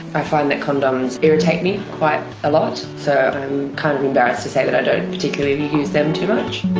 i find that condoms irritate me quite a lot, so i'm kind of embarrassed to say that i don't particularly use them too much.